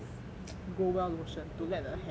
growell lotion to let the hair grow